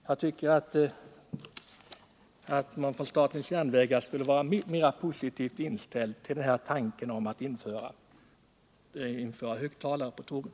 Jag tycker att man från statens järnvägars sida borde vara mera positivt inställd till tanken att installera högtalare på tågen.